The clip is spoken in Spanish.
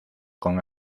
con